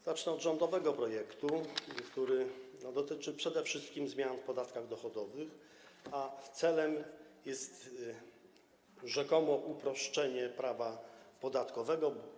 Zacznę od rządowego projektu, który dotyczy przede wszystkim zmian w podatkach dochodowych, a celem jest tu rzekomo uproszczenie prawa podatkowego.